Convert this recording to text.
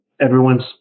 everyone's